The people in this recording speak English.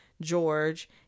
George